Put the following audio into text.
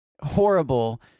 horrible